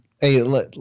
hey